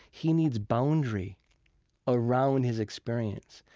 he needs boundary around his experience.